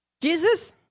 Jesus